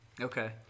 Okay